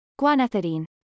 Guanethidine